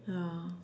ya